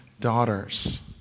daughters